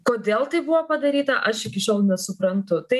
kodėl tai buvo padaryta aš iki šiol nesuprantu tai